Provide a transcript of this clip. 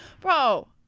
Bro